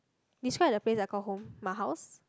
describe the place I call home my house